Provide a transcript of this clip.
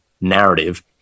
narrative